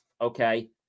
okay